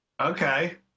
Okay